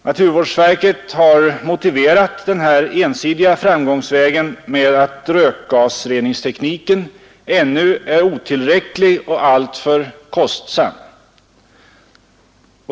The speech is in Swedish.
Naturvårdsverket har motiverat den här ensidiga framgångsvägen med att rökgasreningstekniken ännu är tillräcklig och alltför kostsam.